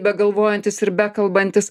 begalvojantis ir bekalbantis